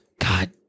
God